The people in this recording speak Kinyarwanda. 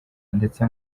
ndetse